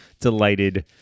delighted